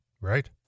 Right